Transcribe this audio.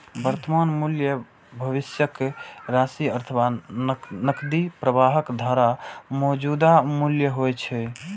वर्तमान मूल्य भविष्यक राशि अथवा नकदी प्रवाहक धाराक मौजूदा मूल्य होइ छै